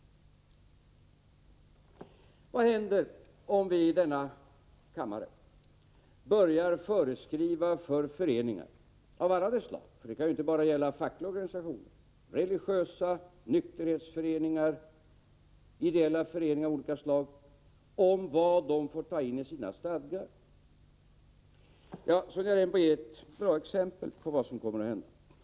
Vad händer om vi i denna kammare börjar föreskriva för föreningar av alla de slag — det kan ju inte bara gälla fackliga organisationer utan också religiösa föreningar, nykterhetsföreningar och ideella föreningar av olika slag — om vad de får ta in i sina stadgar? Sonja Rembo ger ett par exempel på vad som kommer att hända.